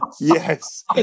Yes